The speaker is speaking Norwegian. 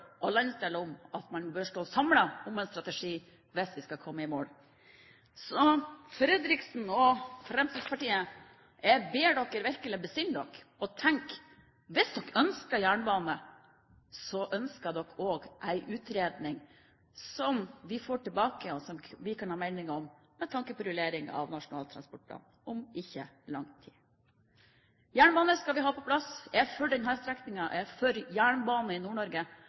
og landsdelen om at man bør stå samlet om en strategi hvis vi skal komme i mål. Så til Fredriksen og Fremskrittspartiet: Jeg ber dere virkelig besinne dere. Og tenk! Hvis dere ønsker jernbane, så ønsker dere også en utredning som vi får tilbake, og som vi kan ha meninger om med tanke på rullering av Nasjonal transportplan, om ikke lang tid. Jernbane skal vi ha på plass. Jeg er for denne strekningen, jeg er for jernbane i